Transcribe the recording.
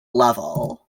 level